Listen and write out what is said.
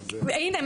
הנה,